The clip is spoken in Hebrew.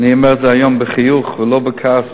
אני אומר את זה היום בחיוך ולא בכעס,